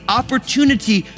opportunity